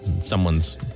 someone's